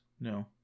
No